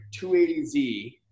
280Z